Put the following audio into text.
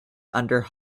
under